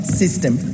system